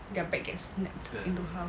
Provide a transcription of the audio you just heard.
their back gets snapped into half